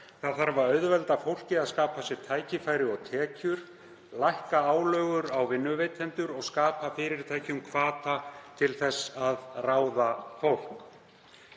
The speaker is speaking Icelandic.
Það þarf að auðvelda fólki að skapa sér tækifæri og tekjur, lækka álögur á vinnuveitendur og skapa fyrirtækjum hvata til þess að ráða fólk.